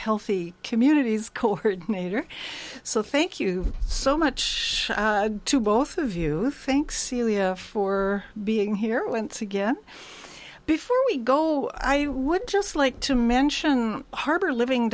healthy communities coordinator so thank you so much to both of you thanks for being here once again before we go i would just like to mention harbor living